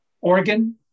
organ